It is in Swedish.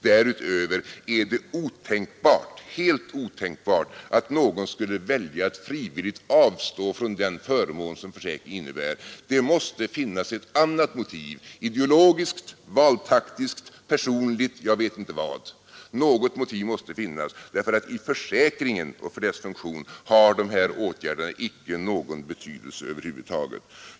Därutöver är det helt otänkbart att någon skulle frivilligt välja att avstå från den förmån som försäkringen innebär. Det måste finnas ett annat motiv — ideologiskt, valtaktiskt, personligt; jag vet inte vad — därför att för försäkringens funktion har de här åtgärderna icke någon betydelse över huvud taget.